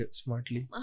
smartly